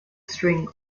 string